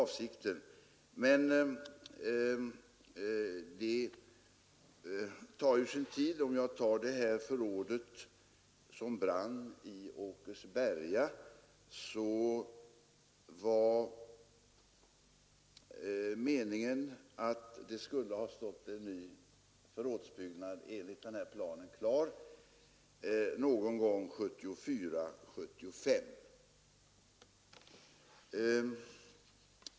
Men detta tar sin tid. För att ta det brunna det i Åkersberga som exempel var det meningen att en ny förrådsbyggnad enligt denna plan skulle ha stått färdig någon gång 1974 eller 1975.